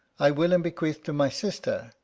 i will and bequeath to my sister,